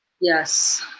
Yes